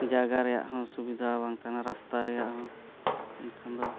ᱡᱟᱭᱜᱟ ᱨᱮᱭᱟᱜ ᱦᱚᱸ ᱥᱩᱵᱤᱫᱷᱟ ᱵᱟᱝ ᱛᱟᱦᱮᱱᱟ ᱨᱟᱥᱛᱟ ᱨᱮᱭᱟᱜ ᱦᱚᱸ ᱮᱱᱠᱷᱟᱱ ᱫᱚ